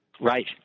Right